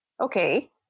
okay